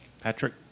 Patrick